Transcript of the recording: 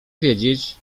wiedzieć